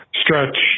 stretch